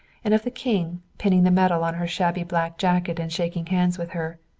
and of the king, pinning the medal on her shabby black jacket and shaking hands with her.